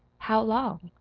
how long?